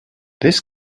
this